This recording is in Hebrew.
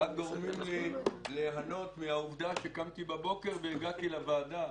רק גורמים ליהנות מהעובדה שקמתי בבוקר והגעתי לוועדה.